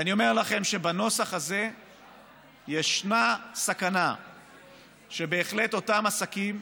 אני אומר לכם שבנוסח הזה ישנה סכנה שבהחלט אותם עסקים,